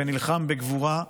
ונלחם בגבורה.